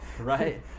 right